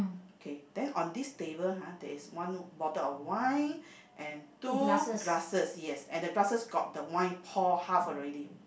okay then on this table ha there is one bottle of wine and two glasses yes and the glasses got the wine poured half already